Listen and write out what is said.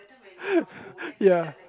ya